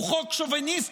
הוא חוק שוביניסטי,